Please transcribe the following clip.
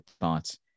thoughts